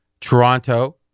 Toronto